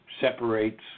separates